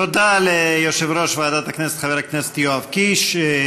תודה ליושב-ראש ועדת הכנסת חבר הכנסת יואב קיש.